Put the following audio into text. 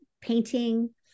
painting